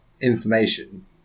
information